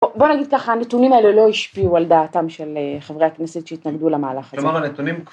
בוא נגיד ככה הנתונים האלה לא השפיעו על דעתם של חברי הכנסת שהתנגדו למהלך הזה, כלומר הנתונים..